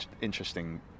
interesting